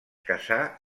casà